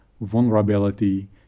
vulnerability